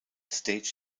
staged